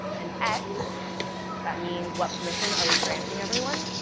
and x that means what permission are we granting everyone.